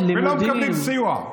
ולא מקבלים סיוע,